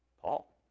Paul